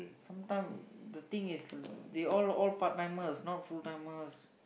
sometime the thing is they all all part timers not full timers